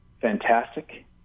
fantastic